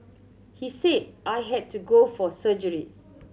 he said I had to go for surgery